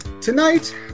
Tonight